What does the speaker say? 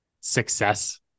success